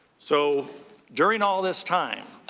so during all this time,